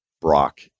Brock